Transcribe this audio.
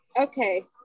okay